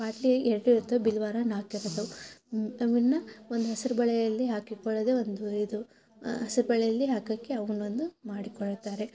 ಪಾಟಲಿ ಎರಡು ಇರ್ತಾವೆ ಬಿಲವಾರ ನಾಲ್ಕು ಇರ್ತಾವೆ ಅವನ್ನು ಒಂದು ಹಸ್ರು ಬಳೆಯಲ್ಲಿ ಹಾಕಿಕೊಳ್ಳೋದೇ ಒಂದು ಇದು ಹಸ್ರು ಬಳೆಯಲ್ಲಿ ಹಾಕೋಕ್ಕೆ ಒಂದೊಂದು ಮಾಡಿಕೊಳ್ಳುತ್ತಾರೆ